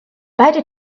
beide